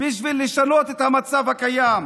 בשביל לשנות את המצב הקיים?